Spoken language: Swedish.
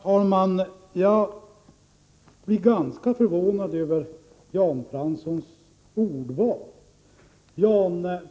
Herr talman! Jag blir ganska förvånad över Jan Franssons ordval.